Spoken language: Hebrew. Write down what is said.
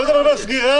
לא מדברים על סגירה,